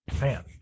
Man